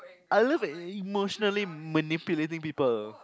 I love emotionally manipulating people